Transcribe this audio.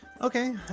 okay